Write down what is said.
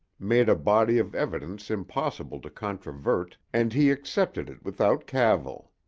made a body of evidence impossible to controvert and he accepted it without cavil.